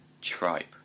tripe